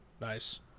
Nice